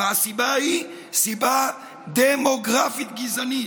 והסיבה היא סיבה דמוגרפית גזענית.